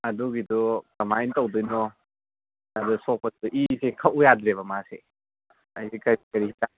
ꯑꯗꯨꯒꯤꯗꯨ ꯀꯃꯥꯏꯅ ꯇꯧꯗꯣꯏꯅꯣ ꯑꯗꯨꯗ ꯁꯣꯛꯄꯁꯤꯗ ꯏꯁꯦ ꯈꯛꯎ ꯌꯥꯗ꯭ꯔꯦꯕ ꯃꯥꯁꯦ ꯍꯥꯏꯗꯤ ꯀꯔꯤ ꯀꯔꯤ ꯍꯤꯗꯥꯡ